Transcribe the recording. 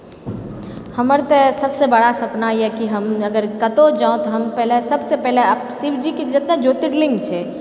हमर तऽ सबसँ बड़ा सपना यऽकि हम कतहुँ जाउ तऽ सबसँ पहिले शिव जीके जे जतेक ज्योतिर्लिङ्ग छै